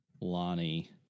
Lonnie